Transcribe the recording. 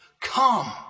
come